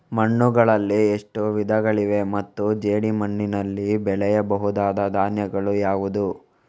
ಮಣ್ಣುಗಳಲ್ಲಿ ಎಷ್ಟು ವಿಧಗಳಿವೆ ಮತ್ತು ಜೇಡಿಮಣ್ಣಿನಲ್ಲಿ ಬೆಳೆಯಬಹುದಾದ ಧಾನ್ಯಗಳು ಯಾವುದು?